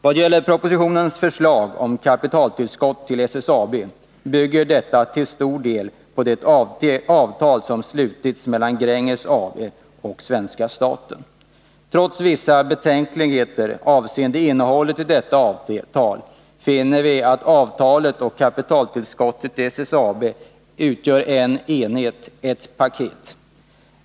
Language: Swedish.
Vad gäller propositionens förslag om kapitaltillskott till SSAB bygger detta till stor del på det avtal som slutits mellan Gränges AB och svenska staten. Trots vissa betänkligheter avseende innehållet i detta avtal finner vi att avtalet och kapitaltillskottet till SSAB utgör en enhet, ett paket.